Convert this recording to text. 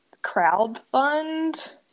crowdfund